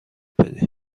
بدی